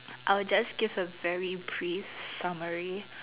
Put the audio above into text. I will just give a very brief summary